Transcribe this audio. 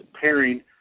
pairing